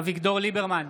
אביגדור ליברמן,